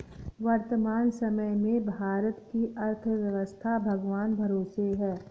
वर्तमान समय में भारत की अर्थव्यस्था भगवान भरोसे है